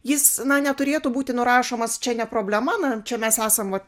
jis na neturėtų būti nurašomas čia ne problema na čia mes esam